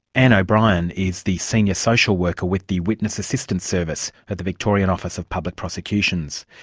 anne o'brien is the senior social worker with the witness assistance service at the victorian office of public prosecutions.